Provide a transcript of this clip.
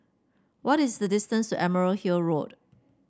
what is the distance to Emerald Hill Road